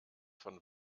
von